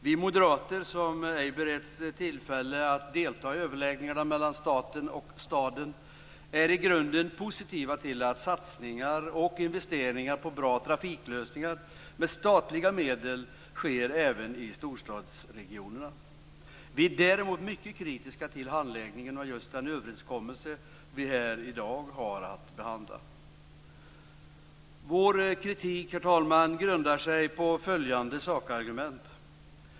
Vi moderater, som ej beretts tillfälle att delta i överläggningarna mellan staten och staden, är i grunden positiva till satsningar på och investeringar i bra trafiklösningar med statliga medel även i storstadsregionerna. Vi är däremot mycket kritiska till handläggningen av just den överenskommelse vi här i dag har att behandla. Vår kritik, herr talman, grundar sig på följande sakargument.